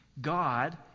God